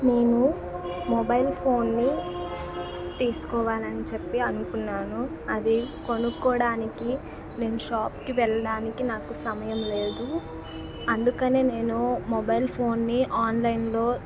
నేను మొబైల్ ఫోన్ని తీసుకోవాలని చెప్పి అనుకున్నాను అది కొనుక్కోడానికి నేను షాప్కి వెళ్ళడానికి నాకు సమయం లేదు అందుకనే నేను మొబైల్ ఫోన్ని ఆన్లైన్లో